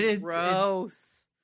gross